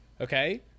Okay